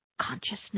consciousness